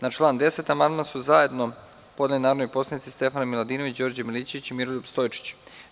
Na član 10. amandman su zajedno podneli narodni poslanici Stefana Miladinović, Đorđe Milićević i Miroljub Stojčić.